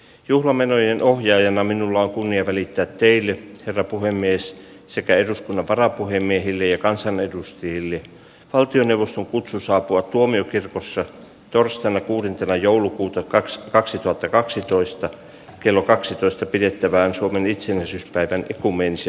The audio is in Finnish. juhlamenojen ohjaajana minulla on kunnia välittää teille varapuhemies sekä eduskunnan varapuhemies hilja kansanedustajille valtioneuvoston kutsun saatua tuomiokirkossa torstaina kun se joulukuuta kaks kaksituhattakaksitoista kello esitellään juhlamenojenohjaajan kirjelmä itsenäisyyspäivän kuumeensa